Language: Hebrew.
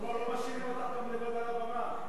ומשפט להכנה לקריאה שנייה ושלישית.